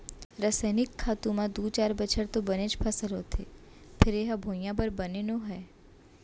रसइनिक खातू म दू चार बछर तो बनेच फसल होथे फेर ए ह भुइयाँ बर बने नो हय